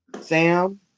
Sam